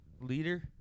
Leader